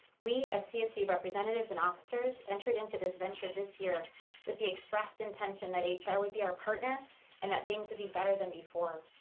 we as csc representatives and officers entered into this venture this year with the expressed intention that ah hr would be our partner and that things would be better than before.